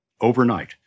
Overnight